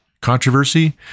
controversy